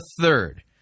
third